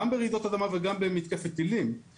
גם ברעידות אדמה וגם במתקפת טילים,